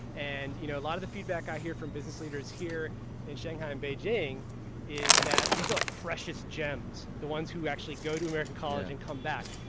and you know a lot of the feedback i hear from business leaders here in shanghai and beijing is that these are like precious gems. the ones who actually go to an american college and come back.